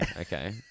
Okay